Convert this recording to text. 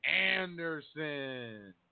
Anderson